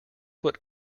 what